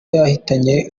yahitanye